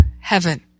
heaven